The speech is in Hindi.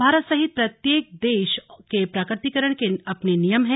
भारत सहित प्रत्येक देश के प्राकृतिकीकरण के अपने नियम हैं